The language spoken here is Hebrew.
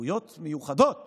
סמכויות מיוחדות